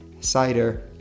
cider